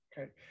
Okay